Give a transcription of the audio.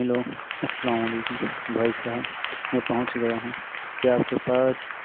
hello السلام علیکم بھائی صاحب میں پہنچ گیا ہوں کیا آپ کے پاس